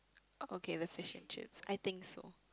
okay the fish and chips I think so